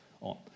on